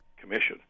commission